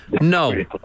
No